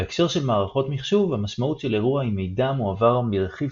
בהקשר של מערכות מחשוב המשמעות של אירוע היא מידע המועבר מרכיב